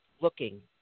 looking